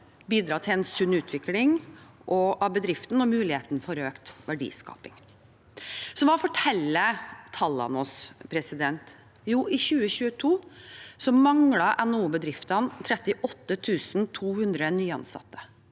bidra til en sunn utvikling av bedriften og ha mulighet for økt verdiskaping. Hva forteller tallene oss? I 2022 manglet NHO-bedriftene 38 200 nyansatte.